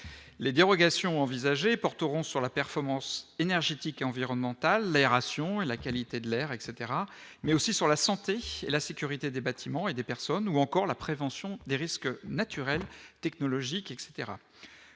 les dérogations envisagées porteront sur la performance énergétique et environnementale, l'aération et la qualité de l'air, etc, mais aussi sur la santé et la sécurité des bâtiments et des personnes, ou encore la prévention des risques naturels et technologiques etc,